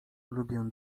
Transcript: lubię